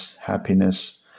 happiness